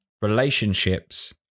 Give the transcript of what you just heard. Relationships